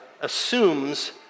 assumes